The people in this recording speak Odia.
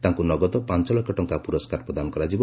ତାଙ୍କୁ ନଗଦ ପାଞ୍ ଲକ୍ଷ ଟଙ୍ଙା ପୁରସ୍କାର ପ୍ରଦାନ କରାଯିବ